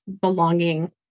belonging